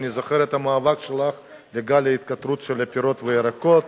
אבל אני אתחיל מזה שאני פונה לחברת הכנסת מירי רגב,